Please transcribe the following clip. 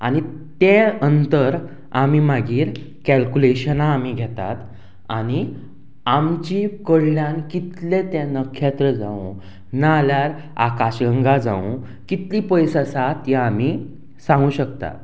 आनी तें अंतर आमी मागीर कॅल्कुलेशनां आमी घेतात आनी आमची कडल्यान कितले तें नखेत्र जावं ना जाल्यार आकाशगंगा जावूं कितली पयस आसा ती आमी सांगूं शकता